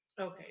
Okay